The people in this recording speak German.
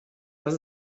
das